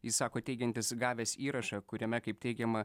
jis sako teigiantis gavęs įrašą kuriame kaip teigiama